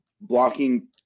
blocking